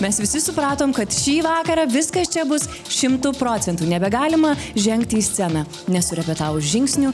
mes visi supratom kad šį vakarą viskas čia bus šimtu procentų nebegalima žengti į sceną nesurepetavus žingsnių